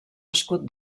escut